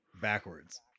backwards